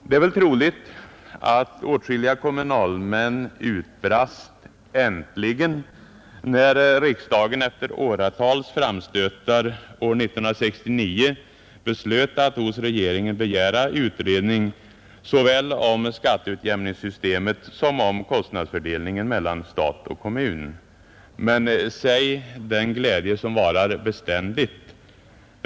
Det är troligt att åtskilliga kommunalmän utbrast ”äntligen” när riksdagen efter åratals framstötar år 1969 beslöt att hos regeringen begära utredning både om skatteutjämningssystemet och om kostnadsfördelningen mellan stat och kommun. Men säg den glädje som varar beständigt!